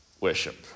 worship